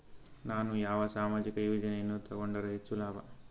ನಾನು ಯಾವ ಸಾಮಾಜಿಕ ಯೋಜನೆಯನ್ನು ತಗೊಂಡರ ಹೆಚ್ಚು ಲಾಭ?